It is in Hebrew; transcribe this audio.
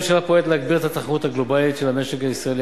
הממשלה פועלת להגביר את התחרות הגלובלית של המשק הישראלי